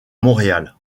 montréal